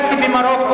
היית מדבר,